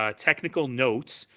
ah technical note,